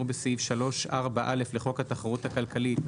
בסעיף 3(4)(א) לחוק התחרות הכלכלית,